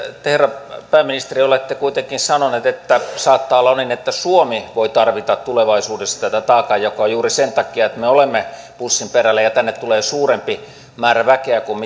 te herra pääministeri olette kuitenkin sanonut että saattaa olla niin että suomi voi tarvita tulevaisuudessa tätä taakanjakoa juuri sen takia että me olemme pussin perällä ja tänne tulee suurempi määrä väkeä kuin